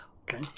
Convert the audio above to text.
Okay